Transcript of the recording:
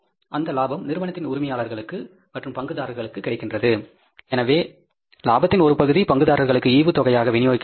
அந்த லாபம் நிறுவனத்தின் உரிமையாளர்களுக்கு மற்றும் பங்குதாரர்களுக்கு கிடைக்கிறது எனவே இலாபத்தின் ஒரு பகுதி பங்குதாரர்களுக்கு ஈவுத்தொகையாக விநியோகிக்கப்படுகிறது